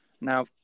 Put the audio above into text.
Now